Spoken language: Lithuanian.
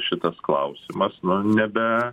šitas klausimas nebe